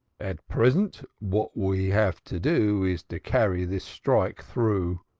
at present, what we have to do is to carry this strike through.